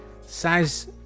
size